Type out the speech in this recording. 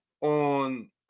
on